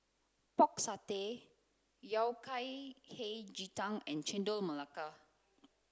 pork satay yao kai hei ji tang and chendol melaka